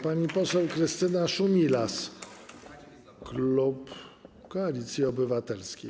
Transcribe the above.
Pani poseł Krystyna Szumilas, klub Koalicji Obywatelskiej.